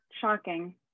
Shocking